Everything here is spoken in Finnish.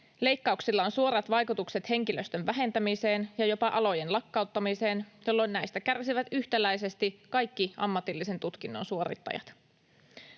Leikkauksilla on suorat vaikutukset henkilöstön vähentämiseen ja jopa alojen lakkauttamiseen, jolloin näistä kärsivät yhtäläisesti kaikki ammatillisen tutkinnon suorittajat.